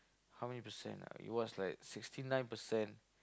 how many percent ah it was like sixty nine percent